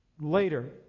later